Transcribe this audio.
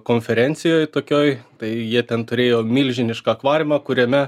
konferencijoj tokioj tai jie ten turėjo milžinišką akvariumą kuriame